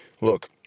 look